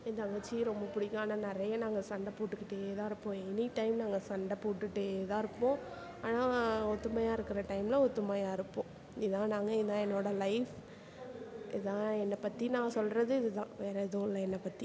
என் தங்கச்சியும் ரொம்ப பிடிக்கும் ஆனால் நிறையா நாங்கள் சண்டை போட்டுக்கிட்டே தான் இருப்போம் எனிடைம் நாங்கள் சண்டை போட்டுட்டே தான் இருப்போம் ஆனால் ஒற்றுமையா இருக்கிற டைமில் ஒற்றுமையா இருப்போம் இதான் நாங்கள் இதான் என்னோடய லைஃப் இதான் என்னை பற்றி நான் சொல்கிறது இது தான் வேறு எதுவும் இல்லை என்னை பற்றி